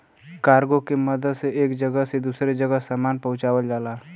cargo के मदद से एक जगह से दूसरे जगह सामान पहुँचावल जाला